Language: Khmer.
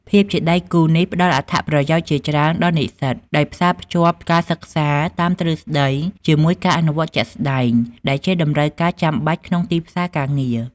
ភាពជាដៃគូនេះផ្ដល់អត្ថប្រយោជន៍ជាច្រើនដល់និស្សិត ដោយផ្សារភ្ជាប់ការសិក្សាតាមទ្រឹស្ដីជាមួយការអនុវត្តជាក់ស្ដែង ដែលជាតម្រូវការចាំបាច់ក្នុងទីផ្សារការងារ។